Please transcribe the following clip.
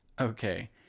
Okay